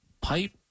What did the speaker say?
pipe